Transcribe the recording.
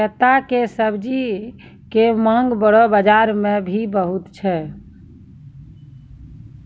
कैता के सब्जी के मांग बड़ो बाजार मॅ भी बहुत छै